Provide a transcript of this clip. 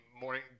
morning